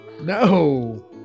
No